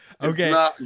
Okay